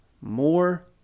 more